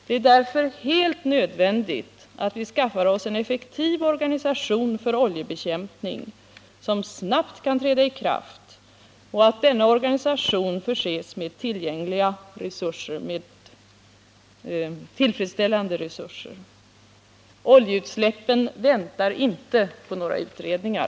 Det är därför helt nödvändigt att vi skaffar oss en effektiv organisation för oljebekämpning, som snabbt kan träda i kraft, och att denna organisation förses med tillfredsställande resurser. Oljeutsläppen väntar inte på några utredningar!